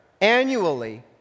annually